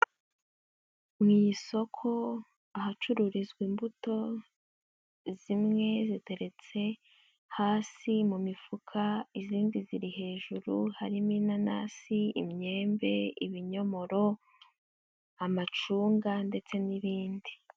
Mu isoko ahacururizwa imbuto zimwe ziteretse hasi mu mifuka izindi ziri hejuru harimo inanasi, imyembe ibinyomoro, amacunga ndetse n'ibindi.